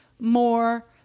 more